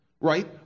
right